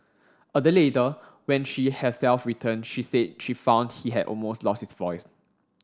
a day later when she herself returned she said she found he had almost lost his voice